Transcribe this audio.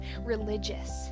religious